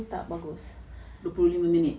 dua puluh lima minit